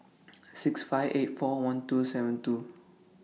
six five eight four one two seven two